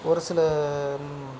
ஒரு சில